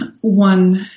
one